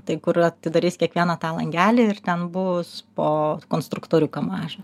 tai kur atidarys kiekvieną tą langelį ir ten bus po konstruktoriuką mažą